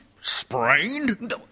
Sprained